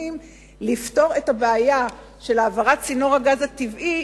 לפתור את הבעיה של העברת צינור הגז הטבעי,